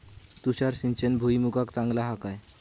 तुषार सिंचन भुईमुगाक चांगला हा काय?